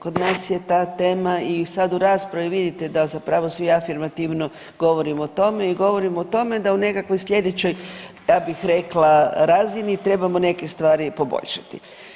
Kod nas je ta tema i sad u raspravi vidite da zapravo svi afirmativno govorimo o tome i govorimo o tome da u nekakvoj slijedećoj ja bih rekla razini trebamo neke stvari poboljšati.